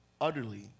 utterly